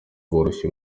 rworoshye